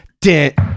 Dent